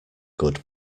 good